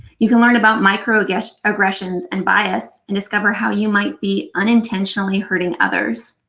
you can learn about microaggressions microaggressions and bias, and score how you might be unintentionally hurting others.